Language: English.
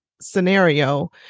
scenario